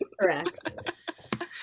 Correct